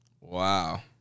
Wow